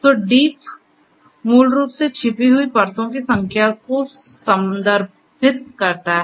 तो डीप मूल रूप से छिपी हुई परतों की संख्या को संदर्भित करता है